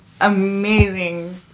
amazing